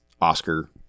Oscar